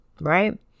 right